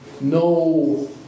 No